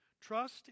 Trust